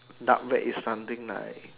dark web is something like